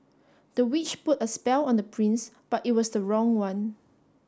the witch put a spell on the prince but it was the wrong one